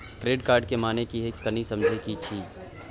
Credit card के माने की हैं, कनी समझे कि छि?